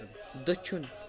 دٔچھُن